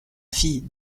fille